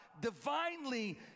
divinely